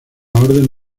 orden